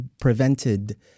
prevented